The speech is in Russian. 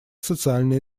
социальные